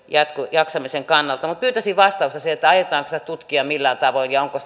jaksamisen kannalta mutta pyytäisin vastausta siihen aiotaanko sitä tutkia millään tavoin ja onko